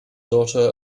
daughter